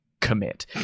Commit